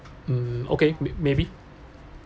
mm okay maybe